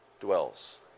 dwells